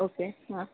okay हां